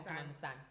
understand